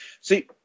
See